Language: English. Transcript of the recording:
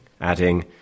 Adding